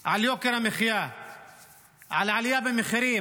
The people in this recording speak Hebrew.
העלייה במחירים,